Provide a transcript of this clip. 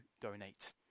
donate